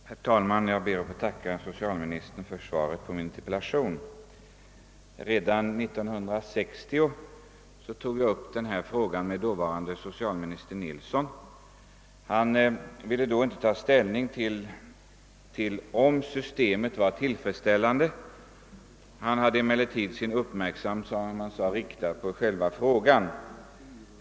Herr talman! Jag ber att få tacka herr socialministern för svaret på min interpellation. Redan 1960 tog jag upp denna fråga med dåvarande socialministern Torsten Nilsson. Han ville då inte ta ställning till om systemet var tillfredsställande. Han hade emellertid sin uppmärksamhet, som han sade, riktad på frågan.